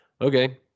okay